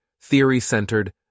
theory-centered